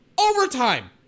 overtime